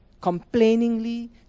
complainingly